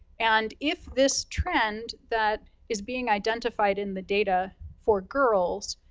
and if this trend that is being identified in the data for girls